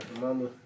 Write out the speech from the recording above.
mama